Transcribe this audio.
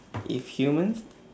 if humans